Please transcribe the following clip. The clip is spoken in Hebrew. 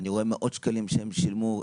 אני רואה מאות שקלים שהם שילמו.